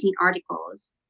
articles